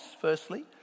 firstly